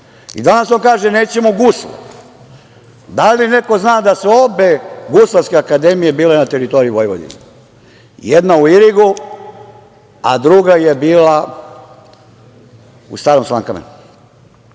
on kaže - nećemo gusle. Da li neko zna da su obe guslarske akademije bile na teritoriji Vojvodine? Jedna je bila u Irigu a druga je bila u Starom Slankamenu. Da